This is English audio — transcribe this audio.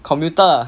computer